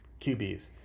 QBs